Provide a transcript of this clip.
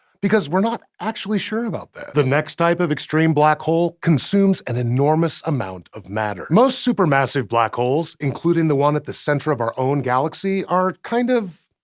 because we're not actually sure about that. this next type of extreme black hole consumes an enormous amount of matter. most supermassive black holes, including the one at the center of our own galaxy, are kind of,